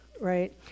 Right